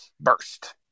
burst